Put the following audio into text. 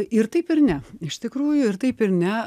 ir taip ir ne iš tikrųjų ir taip ir ne